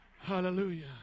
Hallelujah